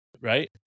right